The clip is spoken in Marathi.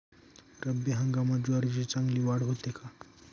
रब्बी हंगामात ज्वारीची चांगली वाढ होते का?